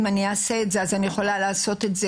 אם אני אעשה את זה,